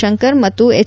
ಶಂಕರ್ ಮತ್ತು ಎಚ್